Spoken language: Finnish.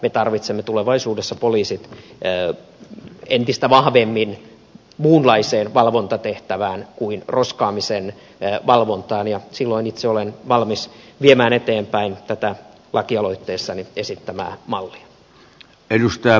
me tarvitsemme tulevaisuudessa poliisit entistä vahvemmin muunlaiseen valvontatehtävään kuin roskaamisen valvontaan ja silloin itse olen valmis viemään eteenpäin tätä lakialoitteessa esittämääni mallia